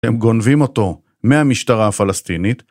הם גונבים אותו מהמשטרה הפלסטינית